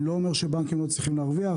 אני לא אומר שבנקים לא צריכים להרוויח.